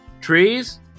trees